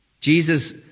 Jesus